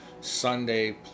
Sunday